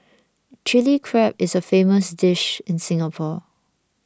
Chilli Crab is a famous dish in Singapore